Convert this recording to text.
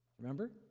remember